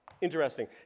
interesting